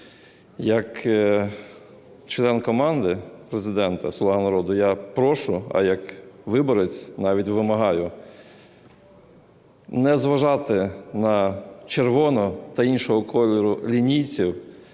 Як член команди Президента "Слуга народу" я прошу, а як виборець навіть вимагаю, не зважати на червону та іншого кольору лінії і